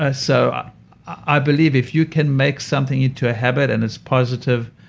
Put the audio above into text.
ah so ah i believe if you can make something into a habit, and it's positive,